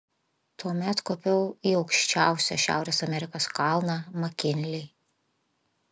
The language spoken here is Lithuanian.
tuomet kopiau į aukščiausią šiaurės amerikos kalną makinlį